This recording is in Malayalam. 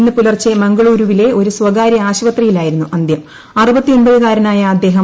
ഇന്ന് പുലർച്ചെ മംഗളൂരുവിലെ ഒരു സ്ഥകാര്യ ആശുപത്രിയിലായിരുന്നു അന്ത്യം